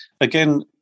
again